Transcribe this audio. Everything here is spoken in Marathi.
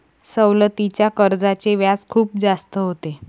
सवलतीच्या कर्जाचे व्याज खूप जास्त होते